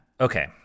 Okay